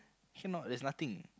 cannot there is nothing